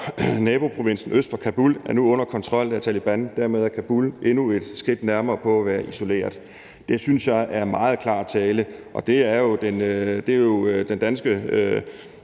naboprovinsen øst for Kabul, nu er under kontrol af Taleban. Dermed er Kabul endnu et skridt nærmere på at være isoleret. Det synes jeg er meget klar tale, og det er jo den danske